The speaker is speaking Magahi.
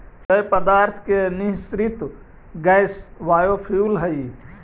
जैव पदार्थ के निःसृत गैस बायोफ्यूल हई